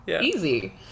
Easy